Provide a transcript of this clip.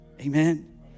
Amen